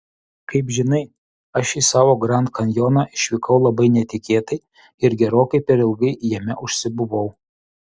kaip žinai aš į savo grand kanjoną išvykau labai netikėtai ir gerokai per ilgai jame užsibuvau